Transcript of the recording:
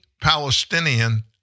palestinian